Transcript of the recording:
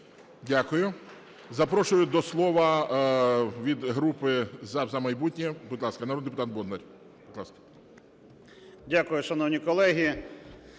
Дякую. Запрошую до слова від групи "За майбутнє", будь ласка, народний депутат Бондар. Будь ласка.